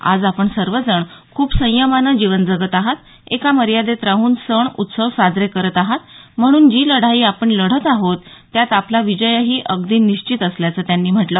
आज आपण सर्व जण खूप संयमानं जीवन जगत आहात एका मर्यादेत राहून सण उत्सव साजरे करत आहात म्हणून जी लढाई आपण लढत आहोत त्यात आपला विजयही अगदी निश्चित असल्याचं त्यांनी म्हटलं